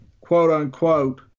quote-unquote